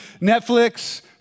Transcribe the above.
Netflix